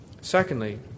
Secondly